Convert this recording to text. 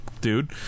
Dude